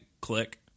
click